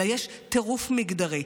אלא יש טירוף מגדרי.